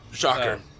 Shocker